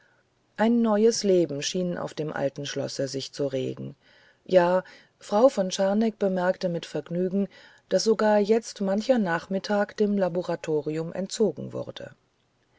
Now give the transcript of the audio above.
ein neues leben schien auf dem alten schlosse rege zu werden ja frau von scharneck bemerkte mit vergnügen daß sogar jetzt mancher nachmittag dem laboratorium entzogen wurde